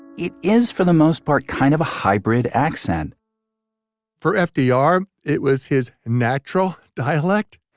it is, for the most part, kind of a hybrid accent for ah fdr, it was his natural dialect.